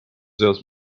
seas